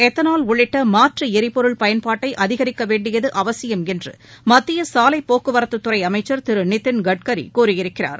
ethanol உள்ளிட்ட மாற்று எரிபொருள் பயன்பாட்டை அதிகரிக்க வேண்டியது அவசியம் என்று மத்திய சாலை போக்குவரத்துத்துறை அமைச்சர் திரு நிதின் கட்கரி கூறியிருக்கிறார்